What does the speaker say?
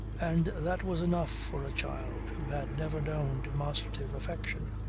and that was enough for a child who had never known demonstrative affection.